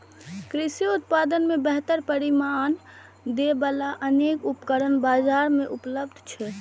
कृषि उत्पादन मे बेहतर परिणाम दै बला अनेक उपकरण बाजार मे उपलब्ध छै